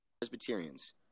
Presbyterians